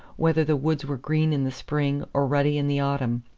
whether the woods were green in the spring or ruddy in the autumn.